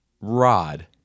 rod